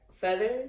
feathers